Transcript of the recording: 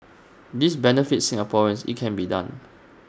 this benefits Singaporeans IT can be done